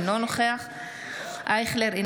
אינו נוכח ישראל אייכלר,